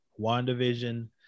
WandaVision